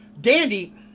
Dandy